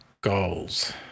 goals